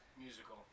musical